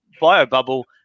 bio-bubble